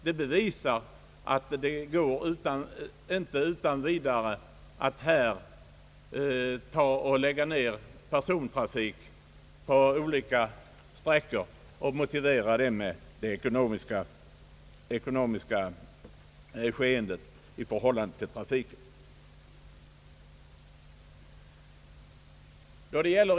Det bevisar att det inte går utan vidare att lägga ner persontrafiken på olika sträckor och motivera det med det ekonomiska skeendet i förhållande till trafiken.